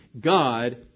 God